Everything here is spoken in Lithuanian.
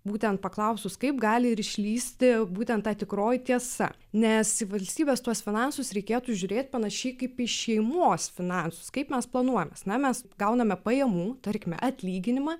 būtent paklausus kaip gali ir išlįsti būtent ta tikroji tiesa nes į valstybės tuos finansus reikėtų žiūrėt panašiai kaip į šeimos finansus kaip mes planuojamės na mes gauname pajamų tarkime atlyginimą